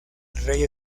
rey